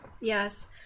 Yes